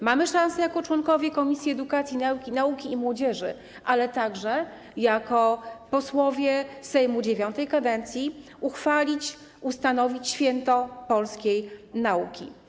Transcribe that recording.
Mamy szansę jako członkowie Komisji Edukacji, Nauki i Młodzieży, ale także jako posłowie Sejmu IX kadencji ustanowić święto polskiej nauki.